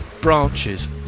branches